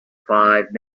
five